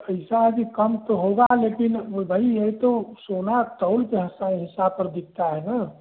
पैसा अभी कम तो होगा लेकिन भाई यही तो सोना तोल के हिसा हिसाब पर बिकता है ना